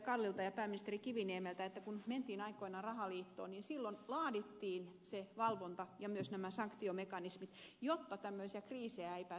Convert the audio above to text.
kallilta ja pääministeri kiviniemeltä että kun mentiin aikoinaan rahaliittoon niin silloin laadittiin valvonta ja myös nämä sanktiomekanismit jotta tämmöisiä kriisejä ei pääse syntymään